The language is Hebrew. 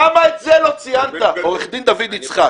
למה את זה לא ציינת, עורך דין דוד יצחק?